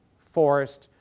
forrest,